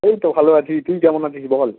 এই তো ভালো আছি তুই কেমন আছিস বল